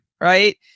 right